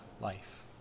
life